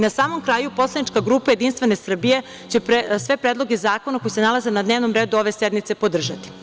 Na samom kraju, poslanička grupa JS će sve predloge zakona koji se nalaze na dnevnom redu ove sednice podržati.